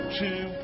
two